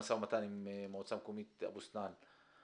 במשא ומתן עם מועצה מקומית אבו סנאן?